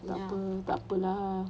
takpe takpe lah